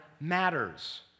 matters